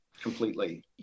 completely